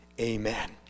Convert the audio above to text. Amen